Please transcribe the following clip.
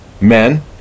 men